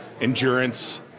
Endurance